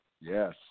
Yes